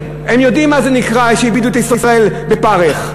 הם יודעים מה זה נקרא שהעבידו את ישראל בפרך.